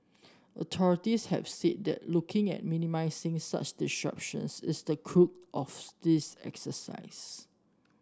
authorities have said that looking at minimising such disruptions is the crux of this exercise